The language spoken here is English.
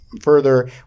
further